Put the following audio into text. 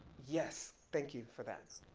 yes, thank you for that.